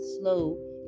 slow